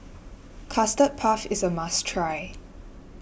Custard Puff is a must try